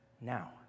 Now